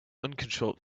uncontrolled